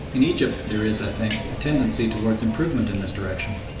in egypt there is, i think, a tendency towards improvement in this direction.